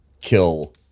kill